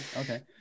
okay